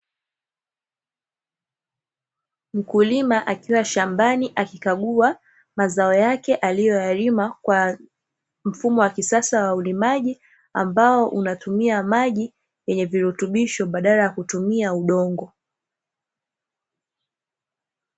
Mkulima akiwa shambani akikagua mazao yake, aliyoyalima kwa mfumo wa kisasa wa ulimaji ambao unatumia maji yenye virutubisho badala ya kutumia udongo.